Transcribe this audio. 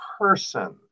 person